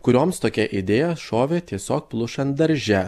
kurioms tokia idėja šovė tiesiog plušant darže